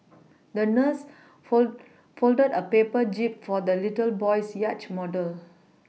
the nurse fold folded a paper jib for the little boy's yacht model